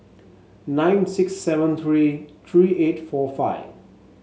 nine six seven three three eight four five